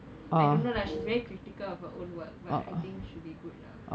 I don't know lah she's very critical of her own work but I think should be good lah